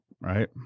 right